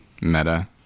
meta